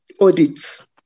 audits